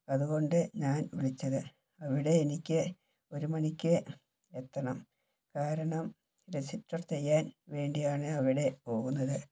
അതുകൊണ്ട് ഞാൻ വിളിച്ചത് അവിടെ എനിക്ക് ഒരു മണിക്ക് എത്തണം കാരണം രജിസ്റ്റർ ചെയ്യാൻ വേണ്ടിയാണ് അവിടെ പോകുന്നത്